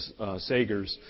Sagers